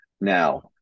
Now